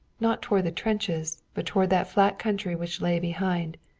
not toward the trenches, but toward that flat country which lay behind,